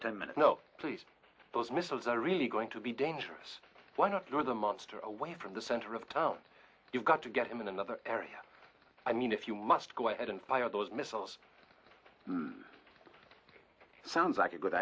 ten minutes no please those missiles are really going to be dangerous why not go the monster away from the center of town you've got to get him in another area i mean if you must go ahead and fire those missiles sounds like a good